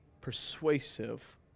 persuasive